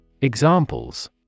Examples